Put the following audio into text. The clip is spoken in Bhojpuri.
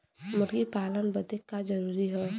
मुर्गी पालन बदे का का जरूरी ह?